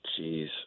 Jeez